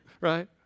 right